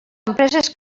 empreses